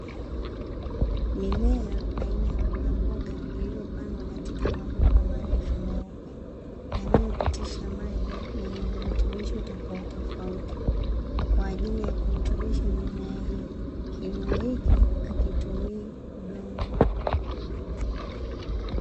Mimea aina ya mbogamboga iliyopandwa katika mabomba marefu meupe yanayopitisha maji, yenye virutubisho tofautitofauti kwa ajili ya kurutubisha mimea hiyo. Kilimo hiki hakitumii udongo.